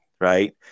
right